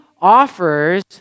offers